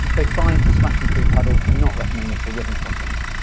so fine for splashing through puddles, but not recommended for river crossings.